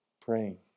Praying